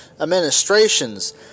administrations